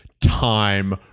time